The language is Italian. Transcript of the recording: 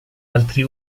altri